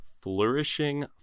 Flourishing